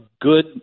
good